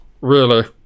Really